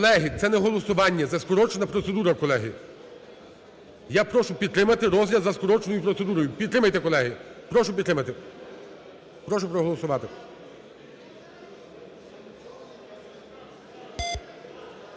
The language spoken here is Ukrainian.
Колеги, це не голосування – за скороченою процедурою, колеги. Я прошу підтримати розгляд за скороченою процедурою. Підтримайте, колеги. Прошу підтримати, прошу проголосувати.